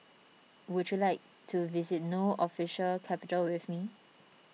would you like to visit No Official Capital with me